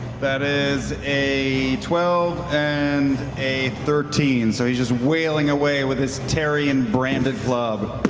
that is a twelve and a thirteen so he's just waling away with his taryon branded club.